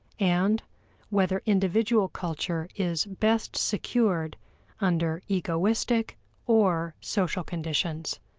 and whether individual culture is best secured under egoistic or social conditions.